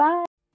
Bye